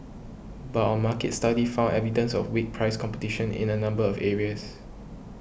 but our market study found evidence of weak price competition in a number of areas